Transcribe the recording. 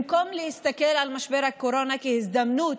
במקום להסתכל על משבר הקורונה כהזדמנות,